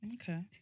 Okay